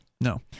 no